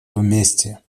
вместе